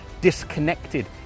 disconnected